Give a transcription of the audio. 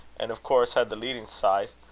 and of course had the leading scythe,